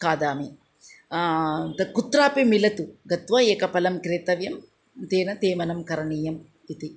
खादामि तत् कुत्रापि मिलतु गत्वा एकं फलं क्रेतव्यम् तेन तेमनं करणीयम् इति